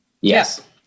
Yes